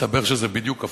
מסתבר שזה בדיוק הפוך.